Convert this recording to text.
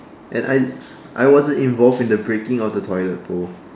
and I I wasn't involved in the breaking of the toilet bowl